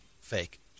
fake